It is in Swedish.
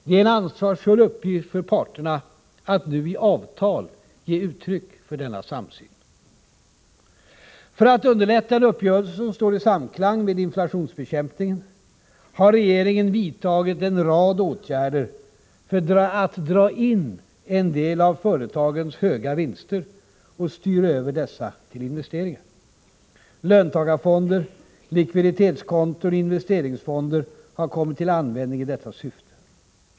Det är en ansvarsfull uppgift för parterna att nu i avtal ge uttryck för denna samsyn. För att underlätta en uppgörelse som står i samklang med inflationsbekämpningen har regeringen vidtagit en rad åtgärder för att dra in en del av företagens höga vinster och styra över dessa till investeringar. Löntagarfonder, likviditetskonton och investeringsfonder har kommit till användning i detta syfte.